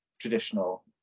traditional